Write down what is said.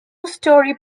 story